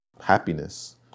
happiness